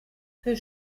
für